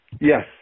Yes